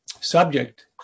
subject